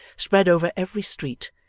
spread over every street,